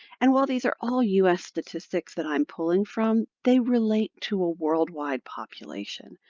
and while these are all us statistics that i'm pulling from, they relate to a worldwide population.